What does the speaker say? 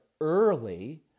early